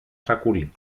σακούλι